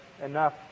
enough